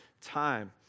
time